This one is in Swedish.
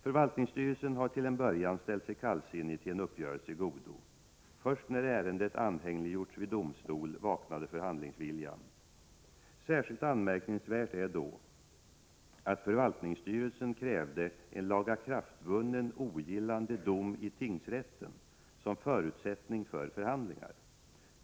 Förvaltningsstyrelsen har till en början ställt sig kallsinnig till en uppgörelse i godo. Först när ärendet anhängiggjorts vid domstol vaknade förhandlingsviljan. Särskilt anmärkningsvärt är då att förvaltningsstyrelsen krävde en lagakraftvunnen ogillande dom i tingsrätten som förutsättning för förhandlingar.